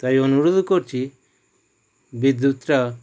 তাই অনুরোধও করছি বিদ্যুৎটা